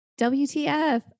WTF